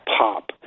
pop